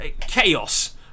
Chaos